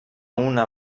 una